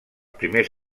primers